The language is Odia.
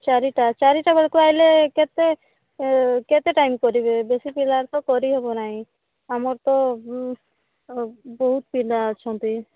ଚାରିଟା ଚାରିଟା ବେଳକୁ ଆସିଲେ କେତେ କେତେ ଟାଇମ୍ କରିବେ ବେଶୀ ପିଲାରେ ତ କରି ହେବ ନାହିଁ ଆମର ତ ବହୁତ ପିଲା ଅଛନ୍ତି